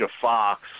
Fox